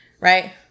right